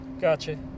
Gotcha